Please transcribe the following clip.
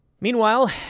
Meanwhile